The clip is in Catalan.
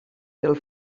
del